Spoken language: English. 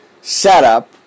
setup